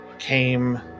came